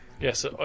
Yes